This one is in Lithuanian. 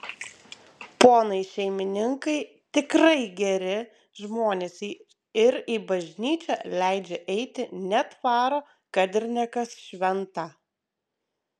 ponai šeimininkai tikrai geri žmonės ir į bažnyčią leidžia eiti net varo kad ir ne kas šventą